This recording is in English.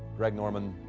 greg norman,